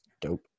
dope